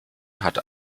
hat